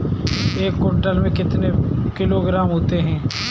एक क्विंटल में कितने किलोग्राम होते हैं?